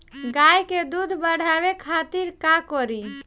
गाय के दूध बढ़ावे खातिर का करी?